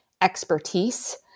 expertise